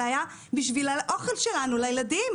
זה היה בשביל האוכל שלנו לילדים.